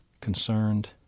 concerned